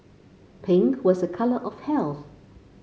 pink was a colour of health